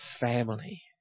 family